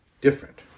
different